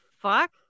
fuck